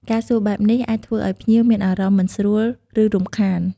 ការសួរបែបនេះអាចធ្វើឱ្យភ្ញៀវមានអារម្មណ៍មិនស្រួល ឬរំខាន។